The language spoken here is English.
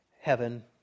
heaven